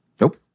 Nope